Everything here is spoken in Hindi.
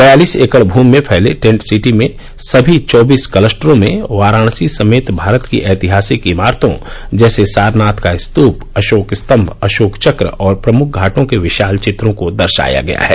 बयालीस एकड़ भूमि में फैले टेंट सिटी में समी चौबीस क्लस्टरों में वाराणसी समेत भारत की ऐतिहासिक इमारतों जैसे सारनाथ का स्तूप अशोक स्तम्म अशोक चक्र और प्रमुख घाटों के विशाल चित्रों को दर्शाया गया है